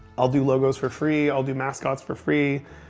i'll do logos for free. i'll do mascots for free.